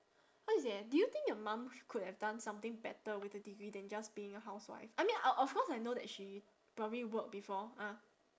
how do you say do you think your mum could have done something better with her degree than just being a housewife I mean of of course I know that she probably work before ah